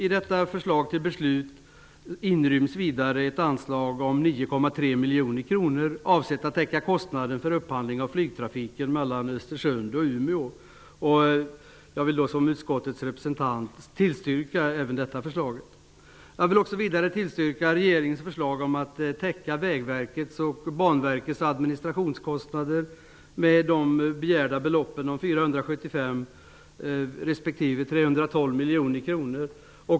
I detta förslag till beslut inryms vidare ett anslag om 9,3 miljoner kronor, avsett att täcka kostnader för upphandling av flygtrafiken mellan Östersund och Umeå. Som utskottets representant vill jag tillstyrka även detta förslag. Jag vill vidare tillstyrka regeringens förslag att Vägverkets och Banverkets administrationskostnader skall täckas med de begärda beloppen, 475 miljoner respektive 312 miljoner.